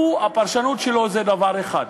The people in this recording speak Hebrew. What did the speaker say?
והפרשנות שלו היא דבר אחד,